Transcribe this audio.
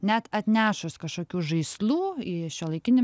net atnešus kažkokių žaislų į šiuolaikinį